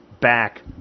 back